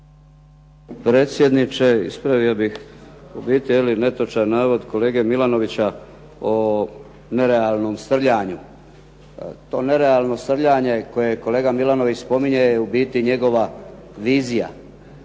Predsjedniče ispravio bih u biti netočan navod kolega Milanovića o nerealnom srljanju. To nerealno srljanje koje kolega Milanović spominje je u biti njegova vizija.